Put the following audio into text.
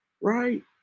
right